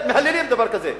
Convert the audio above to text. מהללים דבר כזה.